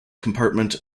compartment